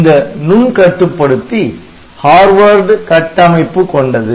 இந்த நுண் கட்டுப்படுத்தி ஹார்வர்டு கட்டமைப்பு கொண்டது